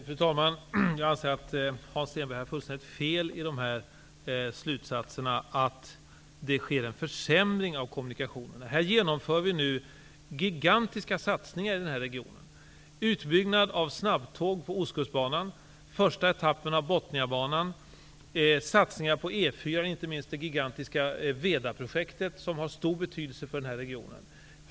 Fru talman! Jag anser att Hans Stenberg har fullständigt fel i de slutsatser som han drar, nämligen att det sker en försämring av kommunikationerna. I den här regionen genomförs gigantiska satsningar, såsom utbyggnad med snabbtåg på Ostkustbanan, start av den första etappen av Bottniabanan, satsningar på E 4:an -- inte minst det gigantiska Veda-projektet som har stor betydelse för den här regionen.